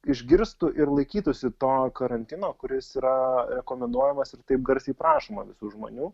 išgirstų ir laikytųsi to karantino kuris yra rekomenduojamas ir taip garsiai prašoma visų žmonių